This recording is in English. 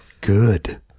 good